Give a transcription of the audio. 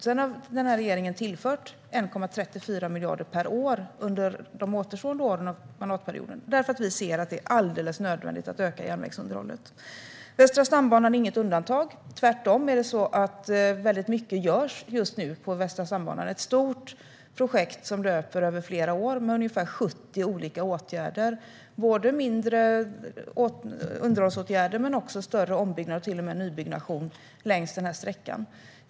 Sedan har regeringen tillfört 1,34 miljarder per år under de återstående åren av mandatperioden, för vi ser att det är alldeles nödvändigt att öka järnvägsunderhållet. Västra stambanan är inget undantag. Tvärtom görs väldigt mycket just nu på den i ett stort projekt som löper över flera år med ungefär 70 olika åtgärder - både mindre underhållsåtgärder och större ombyggnader och till och med nybyggnation längs sträckan.